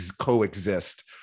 coexist